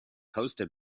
hosted